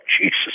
Jesus